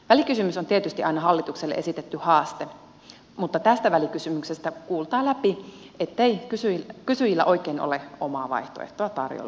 välikysymys on tietysti aina hallitukselle esitetty haaste mutta tästä välikysymyksestä kuultaa läpi ettei kysyjillä oikein ole omaa vaihtoehtoa tarjolla